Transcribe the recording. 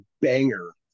banger